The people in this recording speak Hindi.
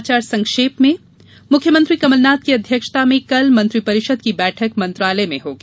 कुछ समाचार संक्षेप में मुख्यमंत्री कमलनाथ की अध्यक्षता में कल मंत्रिपरिषद की बैठक मंत्रालय में होगी